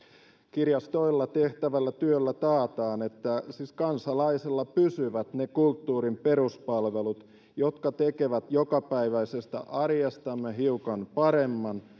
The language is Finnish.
kirjastoissa tehtävällä työllä taataan että kansalaisilla pysyvät ne kulttuurin peruspalvelut jotka tekevät jokapäiväisestä arjestamme hiukan paremman